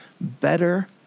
better